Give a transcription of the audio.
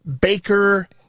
Baker